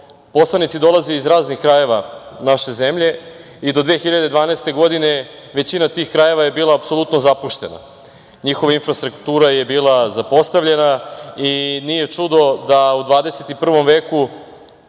poslanici dolaze iz raznih krajeva naše zemlje i do 2012. godine većina tih krajeva je bila apsolutno zapuštena. Njihova infrastruktura je bila zapostavljena i nije čudo da u 21. veku